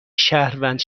شهروند